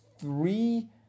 three